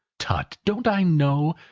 tut, don't i know?